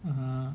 (uh huh)